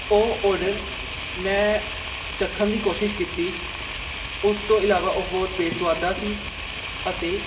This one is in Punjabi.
ਉਹ ਔਡਰ ਮੈਂ ਚੱਖਣ ਦੀ ਕੋਸ਼ਿਸ਼ ਕੀਤੀ ਉਸ ਤੋਂ ਇਲਾਵਾ ਉਹ ਬਹੁਤ ਬੇਸੁਆਦਾ ਸੀ ਅਤੇ